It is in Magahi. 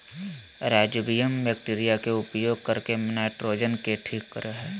राइजोबियम बैक्टीरिया के उपयोग करके नाइट्रोजन के ठीक करेय हइ